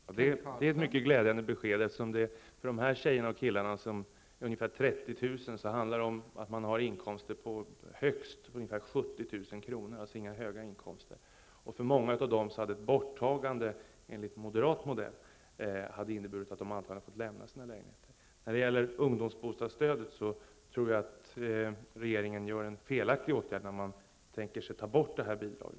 Fru talman! Det är ett mycket glädjande besked, eftersom dessa ca 30 000 tjejer och killar har inkomster på högst 70 000 kr., alltså inga höga inkomster. För många av dem hade ett borttagande enligt moderat modell inneburit att de antagligen hade fått lämna sina lägenheter. När det gäller ungdomsbostadsstödet tror jag att regeringen vidtar en felaktig åtgärd när den tänker ta bort detta bidrag.